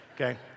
Okay